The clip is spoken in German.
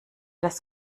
das